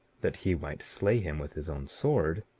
that he might slay him with his own sword,